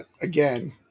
again